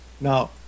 Now